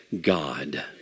God